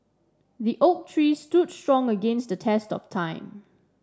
the oak tree stood strong against the test of time